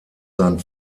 sein